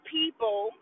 people